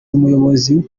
n’umuyobozi